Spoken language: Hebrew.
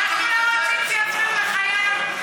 אנחנו לא רוצים שיפריעו לחייל,